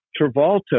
Travolta